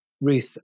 Ruth